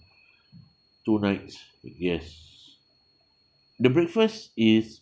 two nights yes the breakfast is